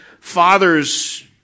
father's